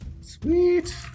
Sweet